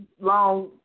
long